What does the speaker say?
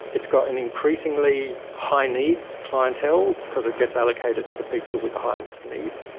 it's got an increasingly high-needs clientele because it gets allocated to the people with the highest need.